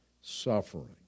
Suffering